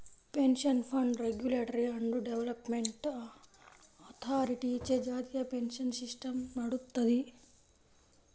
pension fund regulatory and development అథారిటీచే జాతీయ pension system నడుత్తది